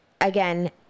Again